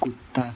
कुत्ता